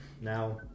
Now